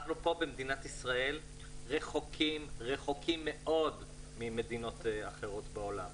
אנחנו פה במדינת ישראל רחוקים מאוד ממדינות אחרות בעולם,